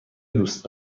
دوست